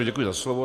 Děkuji za slovo.